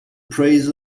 praise